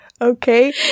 Okay